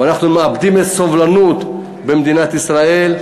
אנחנו מאבדים את הסובלנות במדינת ישראל,